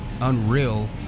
unreal